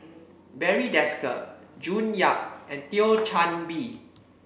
Barry Desker June Yap and Thio Chan Bee